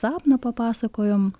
sapną papasakojom